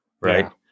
right